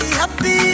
happy